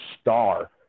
star